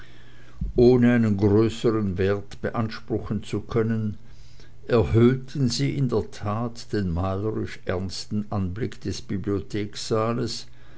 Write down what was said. ohne einen größern wert beanspruchen zu können erhöhten sie in der tat den malerisch ernsten anblick des